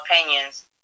opinions